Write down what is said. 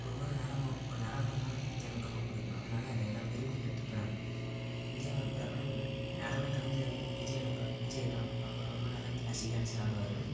ஒவ்வொரு நடமும் நடனமும் எனக்கு ரொம்ப பிடிக்கும் அதனால் அதை நான் விரும்பி கற்றுப்பேன் இந்தியா பிரபல நடன கலைஞர்கள் விஜய் எனக்கு விஜய் தான் அவர் ரொம்ப நல்லா கிளாசிக் டான்ஸ் ஆடுவார்